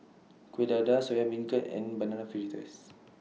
Kueh Dadar Soya Beancurd and Banana Fritters